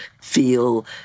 feel